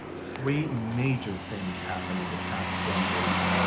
three major things happened in the past ten days.